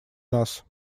нас